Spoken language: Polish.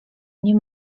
nie